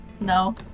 No